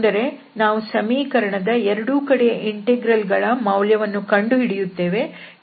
ಅಂದರೆ ನಾವು ಸಮೀಕರಣದ ಎರಡೂ ಕಡೆಯ ಇಂಟೆಗ್ರಲ್ ಗಳ ಮೌಲ್ಯವನ್ನು ಕಂಡು ಹಿಡಿಯುತ್ತೇವೆ